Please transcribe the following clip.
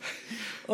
מיקי.